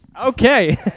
Okay